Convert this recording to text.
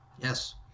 Yes